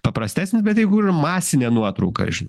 paprastesnis bet jeigu ir masinė nuotrauka iš